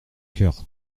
coeur